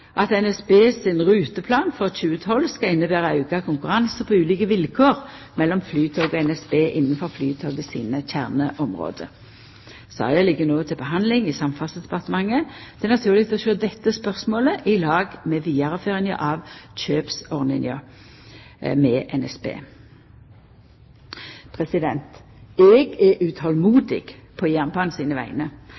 at NSB sin ruteplan for 2012 skal innebera auka konkurranse på ulike vilkår mellom Flytoget og NSB innanfor Flytoget sine kjerneområde. Saka ligg no til behandling i Samferdselsdepartementet. Det er naturleg å sjå dette spørsmålet i lag med vidareføringa av kjøpsordninga med NSB. Eg er